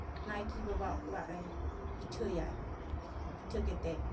ᱱᱟᱭᱠᱮ ᱵᱟᱵᱟ ᱚᱲᱟᱜ ᱨᱮᱭ ᱯᱤᱴᱷᱟᱹᱭᱟᱭ ᱯᱤᱴᱷᱟᱹ ᱠᱟᱛᱮᱫ